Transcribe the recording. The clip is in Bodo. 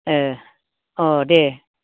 ए औ दे